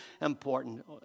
important